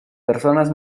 personas